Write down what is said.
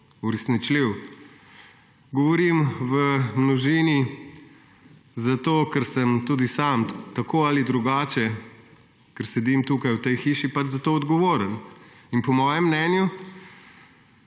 uresničljiv. Govorim v množini, zato ker sem tudi sam tako ali drugače, ker sedim tukaj v tej hiši, za to odgovoren. Po mojem mnenju